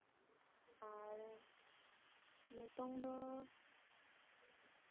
ᱟᱨ ᱱᱤᱛᱚᱝ ᱫᱚ